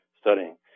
studying